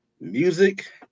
music